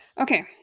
Okay